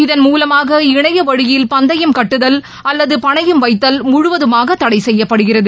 இதன்மூலமாக இணையவழியில் பந்தயம் கட்டுதல் அல்லது பணயம் வைத்தல் முழுவதுமாக தடை செய்யப்படுகிறது